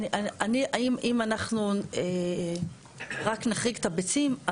אם אנחנו רק נחריג את הביצים,